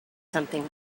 something